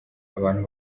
abantu